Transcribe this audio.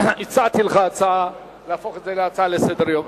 הצעתי לך להפוך את זה להצעה לסדר-היום.